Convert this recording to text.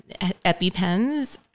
EpiPens